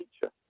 teacher